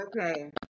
okay